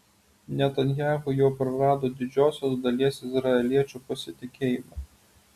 netanyahu jau prarado didžiosios dalies izraeliečių pasitikėjimą